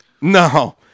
No